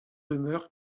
demeures